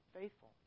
faithful